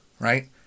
right